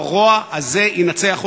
הרוע הזה ינצח אותנו.